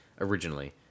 originally